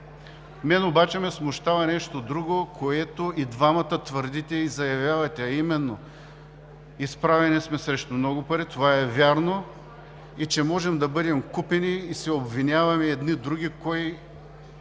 Мен обаче ме смущава нещо друго, което и двамата твърдите. Заявявате, че сме изправени срещу много пари – това е вярно, можем да бъдем купени и се обвиняваме едни други кой